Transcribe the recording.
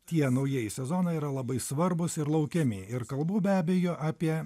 tie naujieji sezonai yra labai svarbūs ir laukiami ir kalbu be abejo apie